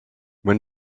when